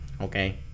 okay